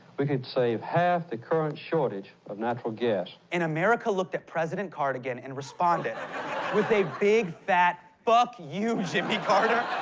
we could save half the current shortage of natural gas. and america looked at president cardigan and responded with a big fat fuck you, jimmy carter!